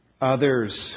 others